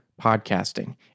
podcasting